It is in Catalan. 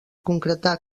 concretar